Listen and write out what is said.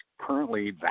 currently